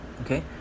Okay